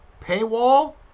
Paywall